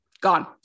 gone